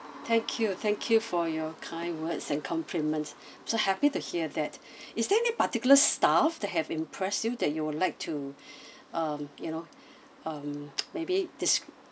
thank you thank you for your kind words and compliments so happy to hear that is there any particular staff that have impress you that you would like to um you know um maybe desc~